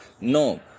No